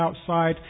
outside